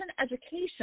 education